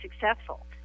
successful